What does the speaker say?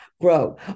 grow